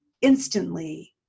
Instantly